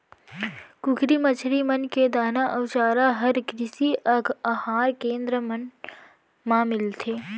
कुकरी, मछरी मन के दाना अउ चारा हर कृषि अहार केन्द्र मन मा मिलथे